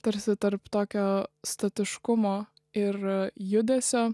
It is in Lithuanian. tarsi tarp tokio statiškumo ir judesio